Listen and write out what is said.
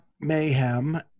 Mayhem